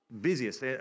busiest